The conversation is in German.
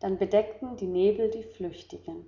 dann bedeckten die nebel die flüchtigen